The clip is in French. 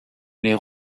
les